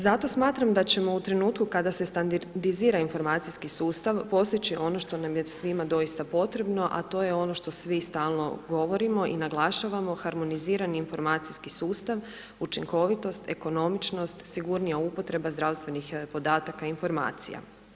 Zato smatram da ćemo u trenutku kada se standardizira informacijski sustav postići ono što nam je svima doista potrebno, a to je ono što svi stalno govorimo i naglašavamo, harmonizirani informacijski sustav, učinkovitost, ekonomičnost, sigurnija upotreba zdravstvenih podataka informacija.